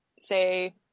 say